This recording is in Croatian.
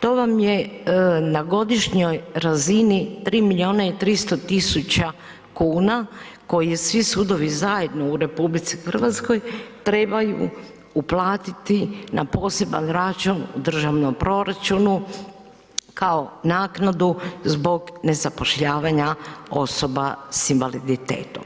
to vam je na godišnjoj razini 3 milijuna i 300 tisuća kuna koje svi sudovi zajedno u RH trebaju uplatiti na poseban račun u državnom proračunu kao naknadu zbog ne zapošljavanja osoba s invaliditetom.